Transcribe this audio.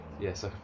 Yes